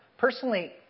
Personally